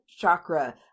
chakra